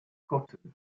cotton